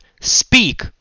Speak